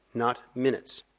not minutes.